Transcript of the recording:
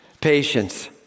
Patience